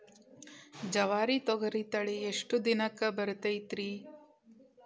ಜವಾರಿ ತೊಗರಿ ತಳಿ ಎಷ್ಟ ದಿನಕ್ಕ ಬರತೈತ್ರಿ?